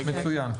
מצוין.